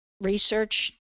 research